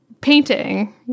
painting